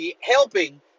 helping